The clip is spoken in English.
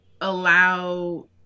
allow